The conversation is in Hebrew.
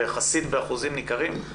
ויחסית באחוזים ניכרים.